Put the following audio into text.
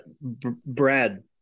Brad